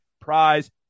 Prize